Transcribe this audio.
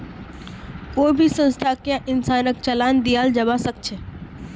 कोई भी संस्थाक या इंसानक चालान दियाल जबा सख छ